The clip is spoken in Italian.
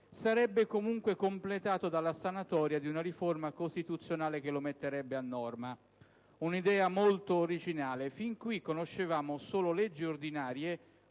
sarebbe comunque completato dalla sanatoria di una riforma costituzionale che lo metterebbe a norma. Un'idea molto originale: fin qui conoscevamo solo leggi ordinarie